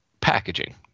packaging